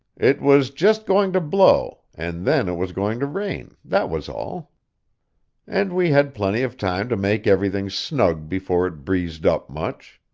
it was just going to blow, and then it was going to rain, that was all and we had plenty of time to make everything snug before it breezed up much.